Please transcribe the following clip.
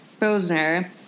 Bosner